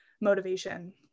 motivation